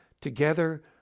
Together